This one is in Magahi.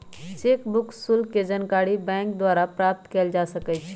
चेक बुक शुल्क के जानकारी बैंक द्वारा प्राप्त कयल जा सकइ छइ